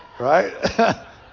right